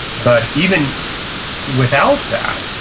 but even without that,